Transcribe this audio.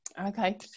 okay